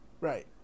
Right